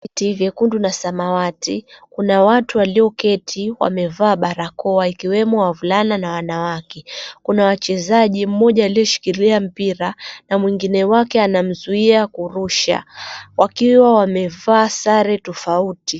Viti vyekundu na samawati kuna watu walioketi wamevaa barakoa ikiwemo wavulana na wanawake kuna wachezaji mmoja aliyeshikilia mpira na mwengine wake anamzuia kurusha wakiwa wamevaa sare tofauti.